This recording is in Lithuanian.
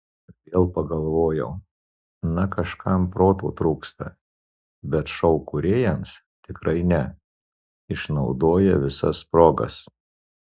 vėl pagalvojau na kažkam proto trūksta bet šou kūrėjams tikrai ne išnaudoja visas progas